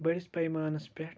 بٔڑِس پَیمانَس پٮ۪ٹھ